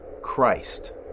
Christ